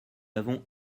avons